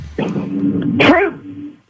True